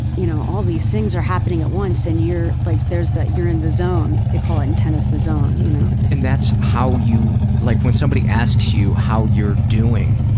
you know, all these things are happening at once and you're, like, there's that, you're in the zone. they call it, in tennis, the zone, you know. and that's how you, like, when somebody asks you how you're doing,